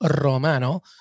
Romano